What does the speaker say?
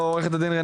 אני